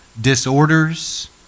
disorders